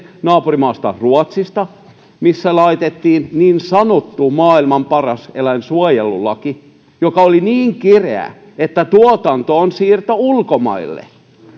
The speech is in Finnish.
naapurimaassa ruotsissa missä laitettiin niin sanottu maailman paras eläinsuojelulaki joka oli niin kireä että tuotanto on siirtynyt ulkomaille